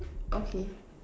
okay